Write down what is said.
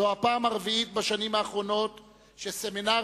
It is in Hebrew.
זו הפעם הרביעית בשנים האחרונות שסמינר